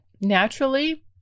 naturally